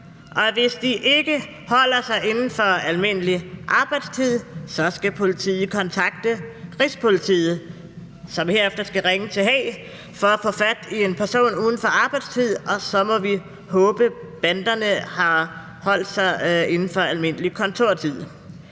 Hvis de ikke holder sig inden for almindelig arbejdstid, skal politiet kontakte Rigspolitiet, som herefter skal ringe til Haag for at få fat i en person uden for arbejdstiden. Så vi må håbe, at banderne holder sig inden for almindelig kontortid.